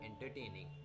entertaining